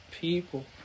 people